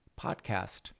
podcast